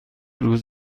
روز